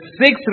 six